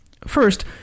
First